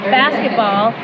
basketball